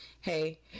Hey